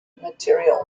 material